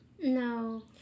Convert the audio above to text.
No